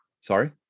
Sorry